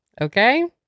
Okay